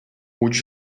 would